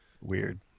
weird